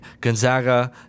Gonzaga